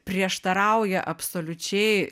prieštarauja absoliučiai